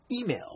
Email